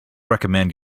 recommend